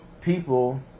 people